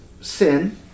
sin